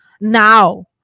now